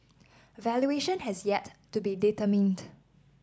a valuation has yet to be determined